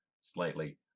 slightly